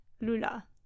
Lula